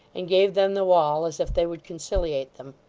and gave them the wall as if they would conciliate them.